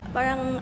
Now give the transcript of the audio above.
Parang